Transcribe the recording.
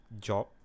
job